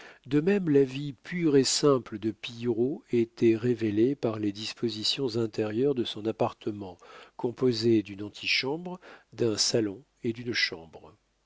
de même la vie pure et simple de pillerault était révélée par les dispositions intérieures de son appartement composé d'une antichambre d'un salon et d'une chambre